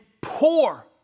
poor